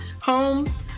homes